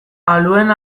aluen